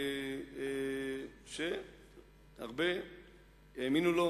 שהרבה האמינו לו